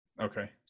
Okay